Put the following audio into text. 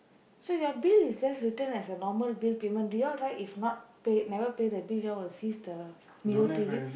so your bill is just written as a normal bill payment did you all write if not pay never pay the bill you all will cease the Mio T_V